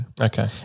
Okay